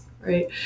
right